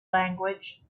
language